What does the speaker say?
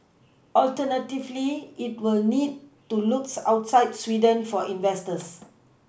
alternatively it will need to looks outside Sweden for investors